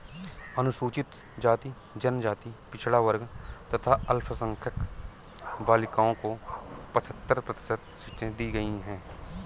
अनुसूचित जाति, जनजाति, पिछड़ा वर्ग तथा अल्पसंख्यक बालिकाओं को पचहत्तर प्रतिशत सीटें दी गईं है